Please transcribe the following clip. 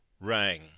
rang